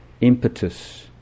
impetus